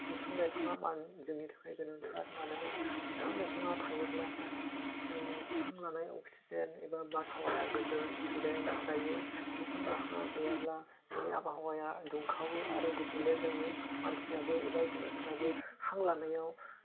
बिफां लाइफाङा मानो जोंनि थाखाय गोनांथार मानोना बिफां लाइफाङा थायोब्ला जोंनि हां लानाय अक्सिजेन एबा बारहावाया गोजोन सुदेम जायो बिफां लाइफाङा गैयाब्ला जोंनि आबहावाया दुंखावो आरो गुबुंले जायो मानसियाबो एबा जुनारफ्राबो हां लानायाव